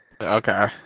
Okay